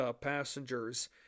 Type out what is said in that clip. passengers